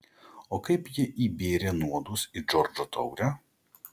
o kaip ji įbėrė nuodus į džordžo taurę